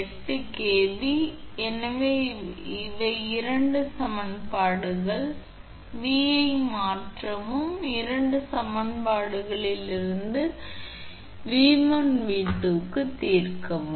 8 kV எனவே இரண்டு சமன்பாடுகள் எனவே V ஐ மாற்றவும் மற்றும் நீங்கள் எந்த இரண்டு சமன்பாடுகளிலிருந்தும் 𝑉1 மற்றும் 𝑉2 க்கு தீர்க்கவும்